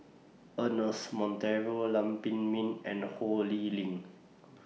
Ernest Monteiro Lam Pin Min and Ho Lee Ling